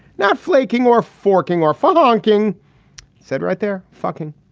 not flaking or forking our fun. dongqing said, right there. fucking.